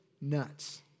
nuts